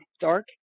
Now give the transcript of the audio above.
dark